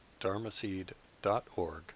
dharmaseed.org